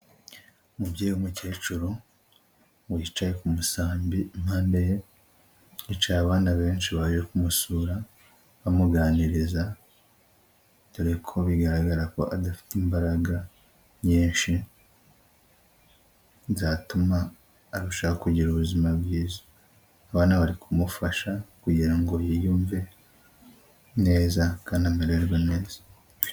Umubyeyi w'umukecuru, wicaye ku musambi, impandeye hicaye abana benshi, baje kumusura bamuganiriza, dore ko bigaragara ko adafite imbaraga nyinshi, zatuma arushaho kugira ubuzima bwiza. Abana bari kumufasha kugirango ngo yiyumve neza kandi amererwa neza.